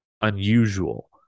unusual